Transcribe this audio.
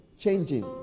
changing